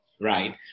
right